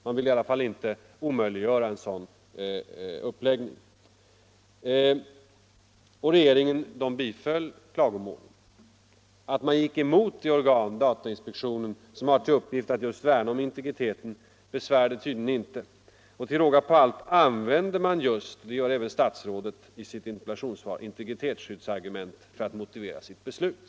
Man ville i alla fall inte att en sådan uppläggning skulle omöjliggöras. Regeringen biföll klagomålen. Att man gick emot det organ, datainspektionen, som har till uppgift att just värna om integriteten besvärade tydligen inte regeringen. Till råga på allt använde man just — det gör även statsrådet i sitt interpellationssvar — integritetsskyddsargument för att motivera sitt beslut.